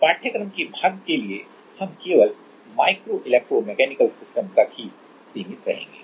इस पाठ्यक्रम के भाग के लिए हम केवल माइक्रो इलेक्ट्रो मैकेनिकल सिस्टम तक ही सीमित रहेंगे